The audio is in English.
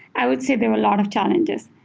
i would say there were a lot of challenges.